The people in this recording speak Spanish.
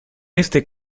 este